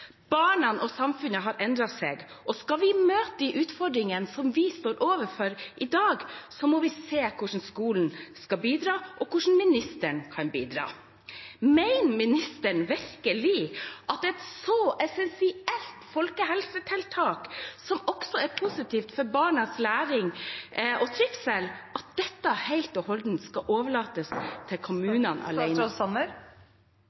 og samfunnet har endret seg. Skal vi møte de utfordringene som vi står overfor i dag, må vi se på hvordan skolen skal bidra, og hvordan ministeren kan bidra. Mener ministeren virkelig at et så essensielt folkehelsetiltak – som også er positivt for barnas læring og trivsel – helt og holdent skal overlates til